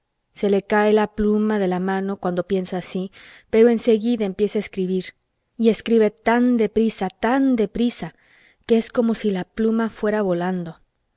se le cae la pluma de la mano cuando piensa así pero enseguida empieza a escribir y escribe tan de prisa tan de prisa que es como si la pluma fuera volando